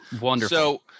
Wonderful